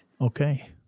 Okay